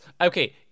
Okay